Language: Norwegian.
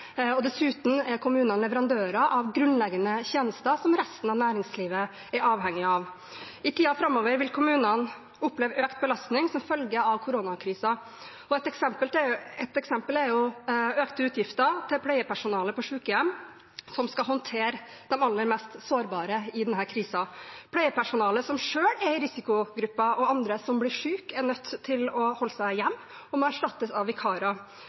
og store arbeidsgivere mange steder, og dessuten er kommunene leverandører av grunnleggende tjenester som resten av næringslivet er avhengig av. I tiden framover vil kommunene oppleve økt belastning som følge av koronakrisen. Et eksempel er økte utgifter til pleiepersonalet på sykehjem, de som skal håndtere de aller mest sårbare i denne krisen. Pleiepersonale som selv er i risikogruppen, og andre som blir syke eller må holde seg hjemme, må erstattes av vikarer.